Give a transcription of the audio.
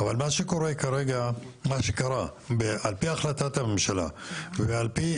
אבל מה שקרה על פי החלטת הממשלה ועל פי